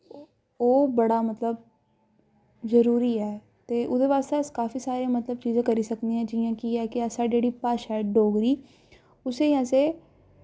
ओह् बड़ा मतलब जरूरी ऐ ते ओह्दे बास्तै काफी सारे मतलब चीजां करी सकने आं जि'यां कि साढ़ी जेह्ड़ी भाशा ऐ डोगरी उस्सी असें